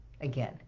Again